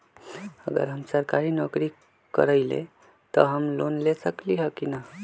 अगर हम सरकारी नौकरी करईले त हम लोन ले सकेली की न?